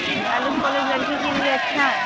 अच्छा L S college लड़की के लिए अच्छा है